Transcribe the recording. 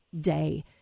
day